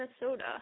Minnesota